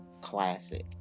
classic